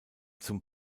zum